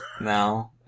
No